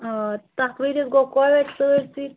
آ تَتھ ؤریَس گوٚو کووِڈ سٲرۍسٕے